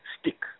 stick